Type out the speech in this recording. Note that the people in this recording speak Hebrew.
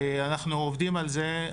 אנחנו עובדים על זה,